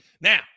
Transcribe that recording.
Now